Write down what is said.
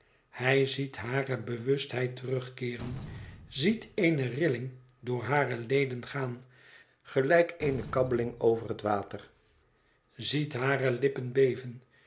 hij ziet hare bewustheid terugkeeren ziet eene rilling door hare leden gaan gelijk eene kabbeling over een water ziet hare lippen beven